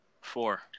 Four